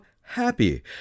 happy